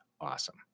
awesome